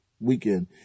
weekend